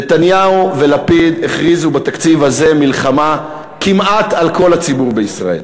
נתניהו ולפיד הכריזו בתקציב הזה מלחמה כמעט על כל הציבור בישראל.